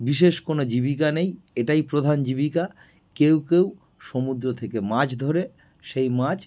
বিশেষ কোনো জীবিকা নেই এটাই প্রধান জীবিকা কেউ কেউ সমুদ্র থেকে মাছ ধরে সেই মাছ